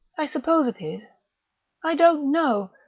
i suppose it is i don't know.